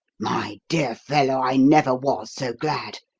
my dear fellow, i never was so glad,